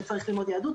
שצריך ללמוד יהדות.